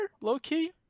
low-key